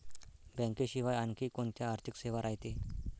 बँकेशिवाय आनखी कोंत्या आर्थिक सेवा रायते?